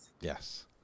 Yes